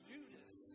Judas